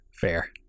Fair